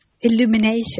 illumination